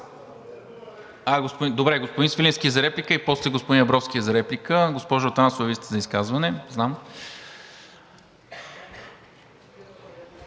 ли, господин Попов, или? Господин Свиленски за реплика, после господин Абровски за реплика. Госпожо Атанасова, Вие сте за изказване – знам.